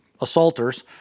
assaulters